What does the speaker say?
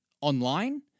online